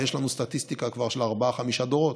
ויש לנו סטטיסטיקה כבר של ארבעה-חמישה דורות,